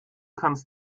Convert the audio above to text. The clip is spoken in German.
kannst